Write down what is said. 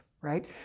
right